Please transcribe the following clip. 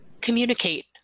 communicate